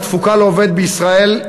התפוקה לעובד בישראל,